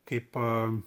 kaip a